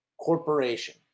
Corporation